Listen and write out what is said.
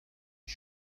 ich